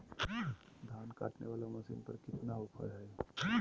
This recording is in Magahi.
धान काटने वाला मसीन पर कितना ऑफर हाय?